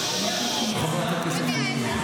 חברת הכנסת טלי גוטליב,